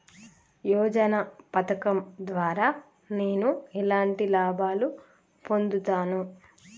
యోజన పథకం ద్వారా నేను ఎలాంటి లాభాలు పొందుతాను?